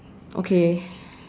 okay